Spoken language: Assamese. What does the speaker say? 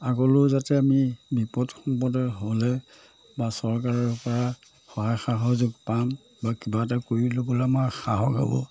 আগলৈও যাতে আমি বিপদ সম্পদে হ'লে বা চৰকাৰৰ পৰা সহায় সহযোগ পাম বা কিবা এটা কৰি ল'বলৈ আমাৰ সাহস হ'ব